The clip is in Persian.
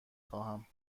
خواهم